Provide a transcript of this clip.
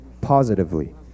positively